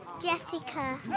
Jessica